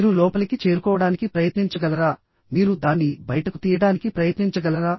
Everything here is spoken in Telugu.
మీరు లోపలికి చేరుకోవడానికి ప్రయత్నించగలరా మీరు దాన్ని బయటకు తీయడానికి ప్రయత్నించగలరా